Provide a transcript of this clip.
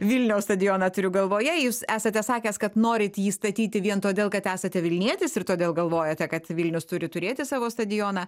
vilniaus stadioną turiu galvoje jūs esate sakęs kad norit jį statyti vien todėl kad esate vilnietis ir todėl galvojate kad vilnius turi turėti savo stadioną